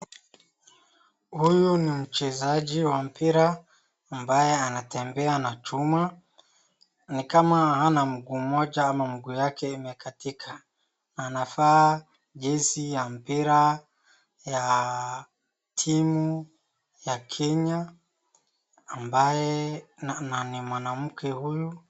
Huyu ni mchezaji wa mpira ambaye anatembea na chuma ni kama hana mguu mmoja ama mguu yake imekatika, anavaa jezi ya mpira ya timu ya Kenya ambaye na ni mwanamke huyu.